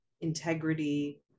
integrity